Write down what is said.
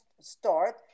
start